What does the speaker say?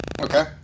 okay